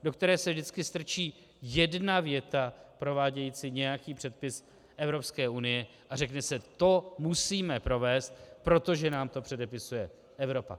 Do které se vždycky strčí jedna věta provádějící nějaký předpis Evropské unie a řekne se: to musíme provést, protože nám to předepisuje Evropa.